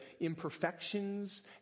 imperfections